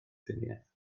triniaeth